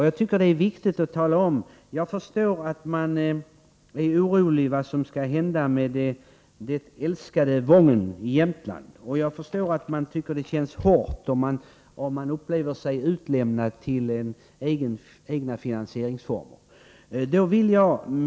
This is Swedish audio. Jag tycker att det är viktigt att tala om att jag förstår att man är orolig för vad som skall hända med det älskade Wången i Jämtland. Jag förstår att man tycker att det känns hårt och att man upplever sig utlämnad till egna finansieringsformer.